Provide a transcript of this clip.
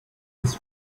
his